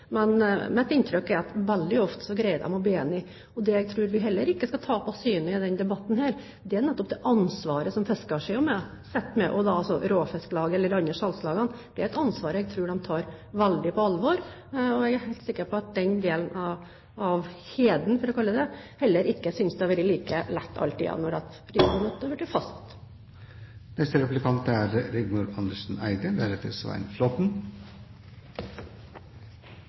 men mitt inntrykk er at veldig ofte greier man å bli enige. Det vi heller ikke skal tape av syne i denne debatten, er nettopp det ansvaret som fiskersiden sitter med – Råfisklaget eller de andre salgslagene. Det er et ansvar jeg tror de tar veldig på alvor. Jeg er helt sikker på at den delen av kjeden, for å kalle det det, heller ikke synes det alltid har vært like lett når